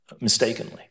mistakenly